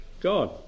God